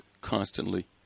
constantly